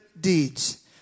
deeds